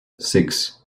six